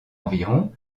environ